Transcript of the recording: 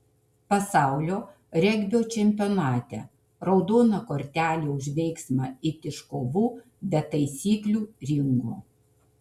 pasaulio regbio čempionate raudona kortelė už veiksmą it iš kovų be taisyklių ringo